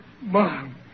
Mom